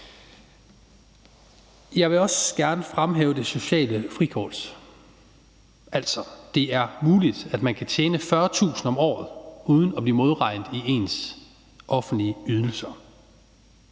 Jeg vil også gerne fremhæve det sociale frikort, altså at det er muligt, at man kan tjene 40.000 kr. om året uden at blive modregnet i ens offentlige ydelser.